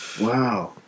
Wow